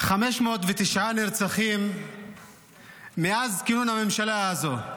509 נרצחים מאז כינון הממשלה הזאת.